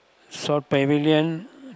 shore pavilion